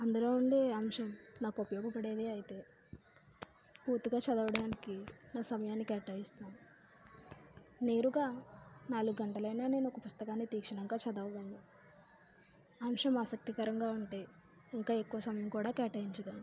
అందులో ఉండే అంశం నాకు ఉపయోగపడేవే అయితే పూర్తిగా చదవడానికి నా సమయాన్ని కేటాయిస్తాను నేరుగా నాలుగు గంటలైనా నేను ఒక పుస్తకాన్ని తీక్షణంగా చదవగలను అంశం ఆసక్తికరంగా ఉంటే ఇంకా ఎక్కువ సమయం కూడా కేటాయించగలను